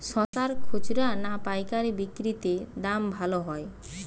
শশার খুচরা না পায়কারী বিক্রি তে দাম ভালো হয়?